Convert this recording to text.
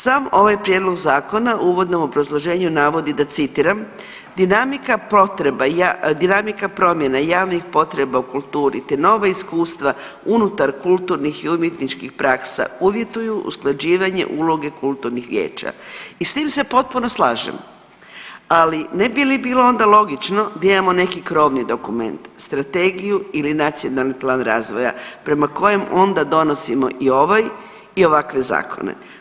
Sam ovaj prijedlog zakona u uvodnom obrazloženju navodi da citiram: „Dinamika potreba, dinamika promjena javnih potreba u kulturi gdje nova iskustva unutar kulturnih i umjetničkih praksa uvjetuju usklađivanje uloge kulturnih vijeća i s tim se potpuno slažem, ali ne bi li bilo onda logično da imamo neki krovni dokument, strategiju ili nacionalni plan razvoja prema kojem onda donosimo i ovaj i ovakve zakone.